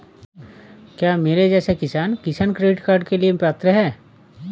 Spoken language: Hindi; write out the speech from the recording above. क्या मेरे जैसा किसान किसान क्रेडिट कार्ड के लिए पात्र है?